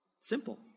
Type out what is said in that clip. Simple